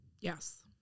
Yes